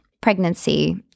pregnancy